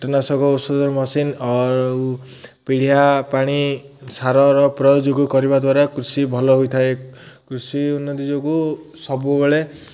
କୀଟନାଶକ ଔଷଧ ମେସିନ୍ ଆଉ ପିଡିଆ ପାଣି ସାରର ପ୍ରୟଯୋଗ କରିବା ଦ୍ୱାରା କୃଷି ଭଲ ହେଇଥାଏ କୃଷି ଉନ୍ନତି ଯୋଗୁଁ ସବୁବେଳେ